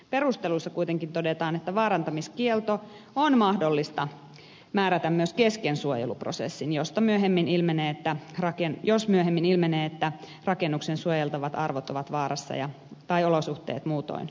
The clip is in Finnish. perusteluissa kuitenkin todetaan että vaarantamiskielto on mahdollista määrätä myös kesken suojeluprosessin josta myöhemmin ilmenee että raken jos myöhemmin ilmenee että rakennuksen suojeltavat arvot ovat vaarassa tai olosuhteet muutoin muuttuneet